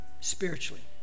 spiritually